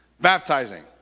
baptizing